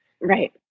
Right